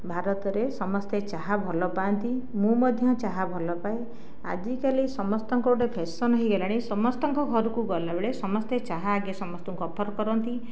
ଭାରତରେ ସମସ୍ତେ ଚାହା ଭଲପାଆନ୍ତି ମୁଁ ମଧ୍ୟ ଚାହା ଭଲପାଏ ଆଜିକାଲି ସମସ୍ତଙ୍କ ଗୋଟେ ଫ୍ୟାସନ୍ ହେଇଗଲାଣି ସମସ୍ତଙ୍କ ଘରକୁ ଗଲାବେଳେ ସମସ୍ତେ ଚାହା ଆଗେ ସମସ୍ତଙ୍କୁ ଅଫର୍ କରନ୍ତି